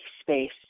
space